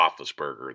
Roethlisberger